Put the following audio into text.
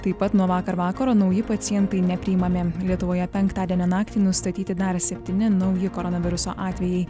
taip pat nuo vakar vakaro nauji pacientai nepriimami lietuvoje penktadienio naktį nustatyti dar septyni nauji koronaviruso atvejai